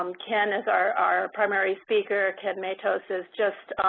um ken is our our primary speaker. ken matos is just